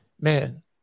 Man